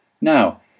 Now